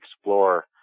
explore